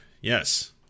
Yes